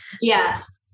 Yes